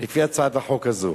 לפי הצעת החוק הזאת?